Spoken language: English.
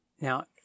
Now